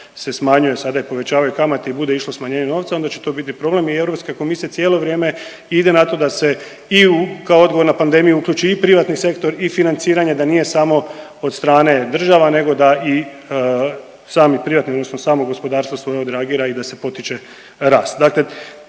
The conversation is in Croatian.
se smanjuje sada i povećavaju kamate i bude išlo smanjenje novca, onda će to biti problem i EU komisija cijelo vrijeme ide na to da se i u kao odgovor na pandemiju uključi i privatni sektor i financiranje, da nije samo od strane država, nego da i sami privatni odnosno samo gospodarstvo svoje odreagira i da se potiče rast.